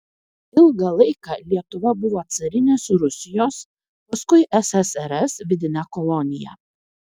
ilgą laiką lietuva buvo carinės rusijos paskui ssrs vidine kolonija